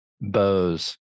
bows